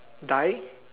die